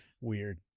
Weird